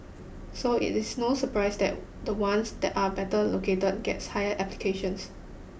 so it is no surprise that the ones that are better located gets higher applications